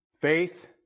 faith